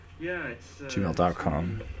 gmail.com